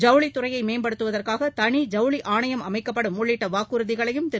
ஜவுளித் துறையை மேம்படுத்துவதற்காக தனி ஜவுளி ஆணையம் அமைக்கப்படும் உள்ளிட்ட வாக்குறுதிகளையும் திரு